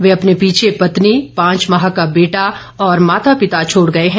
वे अपने पीछे पत्नी पांच माह का बेटा और माता पिता छोड़ गए हैं